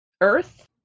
earth